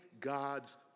God's